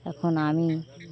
এখন আমি